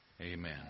Amen